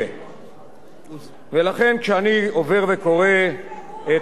לכן כשאני עובר וקורא את התכליות המנויות בחוק,